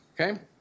Okay